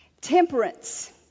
Temperance